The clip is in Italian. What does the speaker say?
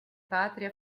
patria